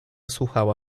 słuchała